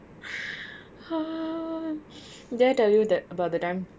did I tell you that about that time